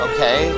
Okay